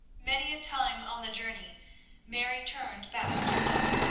many a time on the journey mary turned back to look,